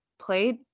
played